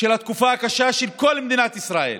בתקופה הקשה של כל מדינת ישראל,